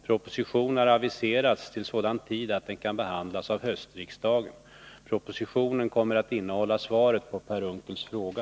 Propositionen har aviserats till sådan tid att den kan behandlas av höstriksdagen. Propositionen kommer att innehålla svaret på Per Unckels fråga.